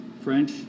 French